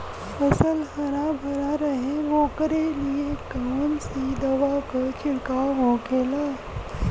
फसल हरा भरा रहे वोकरे लिए कौन सी दवा का छिड़काव होखेला?